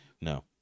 No